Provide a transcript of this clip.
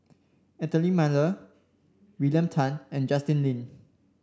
Anthony Miller William Tan and Justin Lean